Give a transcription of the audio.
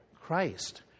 Christ